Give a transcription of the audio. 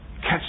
Catch